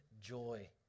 joy